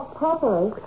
properly